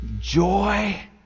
joy